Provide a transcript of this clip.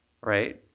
Right